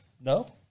No